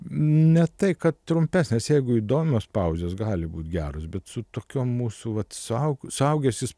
ne tai kad trumpesnės jeigu įdomios pauzės gali būt geros bet su tokiom mūsų vat suasusuaugęs jis